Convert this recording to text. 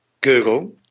Google